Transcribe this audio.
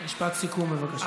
משפט סיכום, בבקשה.